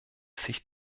sich